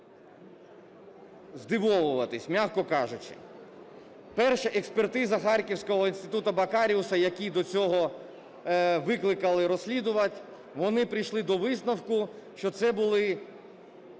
здивовуватись, м'яко кажучи. Перша експертиза Харківського інституту Бокаріуса, який до цього викликали розслідувати, вони прийшли до висновку, що це були